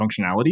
functionality